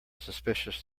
suspicious